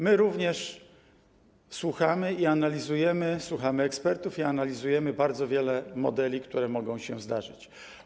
My również słuchamy, analizujemy, słuchamy ekspertów i analizujemy bardzo wiele modeli, które mogą się zdarzyć.